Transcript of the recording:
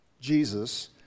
Jesus